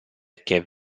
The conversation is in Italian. che